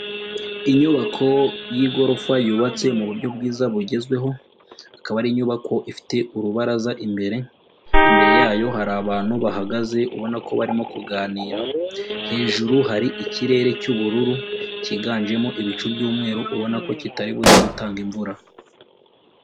Inyubako y'igorofa yubatse mu buryo bwiza bugezweho, akaba ari inyubako ifite urubaraza imbere, imbere yayo hari abantu bahagaze ubona ko barimo kuganira, hejuru hari ikirere cy'ubururu cyiganjemo ibicu by'umweru, ubona ko kitari buze gutanga imvura.